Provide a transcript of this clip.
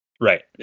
right